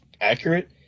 accurate